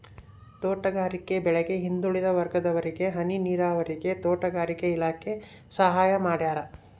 ತೋಟಗಾರಿಕೆ ಬೆಳೆಗೆ ಹಿಂದುಳಿದ ವರ್ಗದವರಿಗೆ ಹನಿ ನೀರಾವರಿಗೆ ತೋಟಗಾರಿಕೆ ಇಲಾಖೆ ಸಹಾಯ ಮಾಡ್ಯಾರ